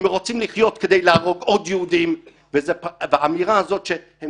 הם רוצים לחיות כדי להרוג עוד יהודים והאמירה הזאת שהם